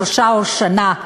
שלושה חודשים או שנה,